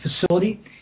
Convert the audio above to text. facility